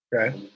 Okay